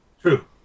true